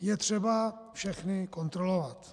Je třeba všechny kontrolovat.